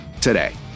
today